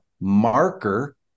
marker